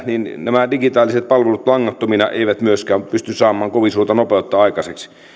niin digitaaliset palvelut langattomina eivät myöskään pysty saamaan kovin suurta nopeutta aikaiseksi